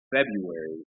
February